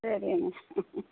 சரி கண்ணு